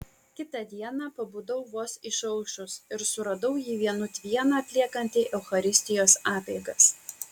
kitą dieną pabudau vos išaušus ir suradau jį vienut vieną atliekantį eucharistijos apeigas